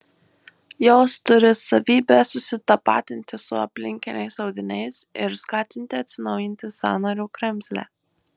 jos turi savybę susitapatinti su aplinkiniais audiniais ir skatinti atsinaujinti sąnario kremzlę